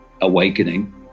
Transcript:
awakening